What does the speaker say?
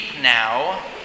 now